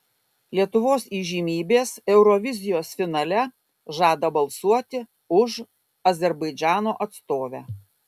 lietuvos įžymybės eurovizijos finale žada balsuoti už azerbaidžano atstovę